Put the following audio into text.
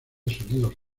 sonidos